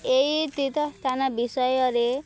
ଏଇ ତୀର୍ଥ ସ୍ଥାନ ବିଷୟରେ